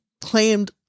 claimed